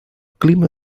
clima